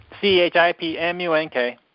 C-H-I-P-M-U-N-K